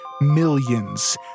millions